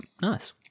nice